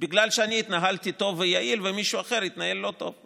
בגלל שאני התנהלתי טוב ויעיל ומישהו אחר התנהל לא טוב.